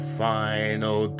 final